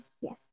yes